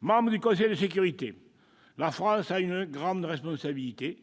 Membre du Conseil de sécurité, la France a une grande responsabilité